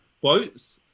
quotes